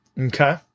Okay